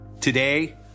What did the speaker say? Today